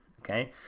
okay